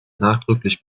nachdrücklich